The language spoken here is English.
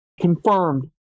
confirmed